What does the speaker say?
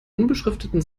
unbeschrifteten